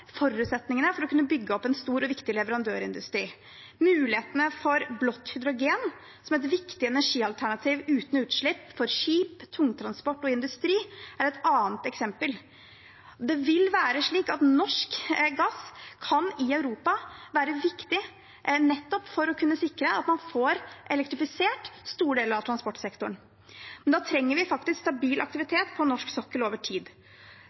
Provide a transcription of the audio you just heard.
har forutsetningene for å kunne bygge opp en stor og viktig leverandørindustri. Mulighetene for blått hydrogen, som er et viktig energialternativ uten utslipp for skip, tungtransport og industri, er et annet eksempel. Det vil være slik at norsk gass i Europa kan være viktig for å sikre at man får elektrifisert store deler av transportsektoren. Men da trenger vi stabil aktivitet på norsk sokkel over tid.